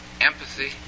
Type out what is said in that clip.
empathy